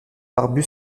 barbu